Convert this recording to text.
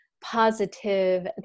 positive